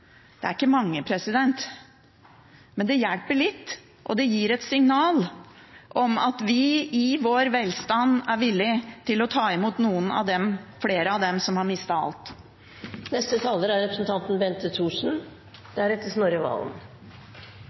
Det er ikke mange, men det hjelper litt, og det gir et signal om at vi i vår velstand er villige til å ta imot noen flere av dem som har mistet alt.